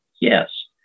Yes